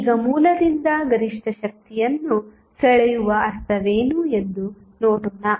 ಈಗ ಮೂಲದಿಂದ ಗರಿಷ್ಠ ಶಕ್ತಿಯನ್ನು ಸೆಳೆಯುವ ಅರ್ಥವೇನು ಎಂದು ನೋಡೋಣ